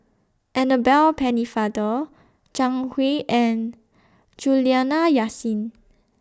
Annabel Pennefather Jiang Hu and Juliana Yasin